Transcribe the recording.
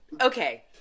Okay